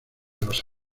los